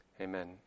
Amen